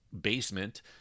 basement